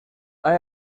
hay